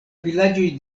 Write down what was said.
vilaĝoj